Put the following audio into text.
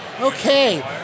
okay